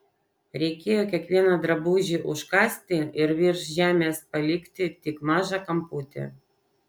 reikėjo kiekvieną drabužį užkasti ir virš žemės palikti tik mažą kamputį